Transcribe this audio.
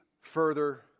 further